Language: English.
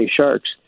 Sharks